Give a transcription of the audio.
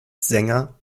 sänger